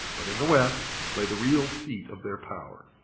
but in the west lay the real seat of their power.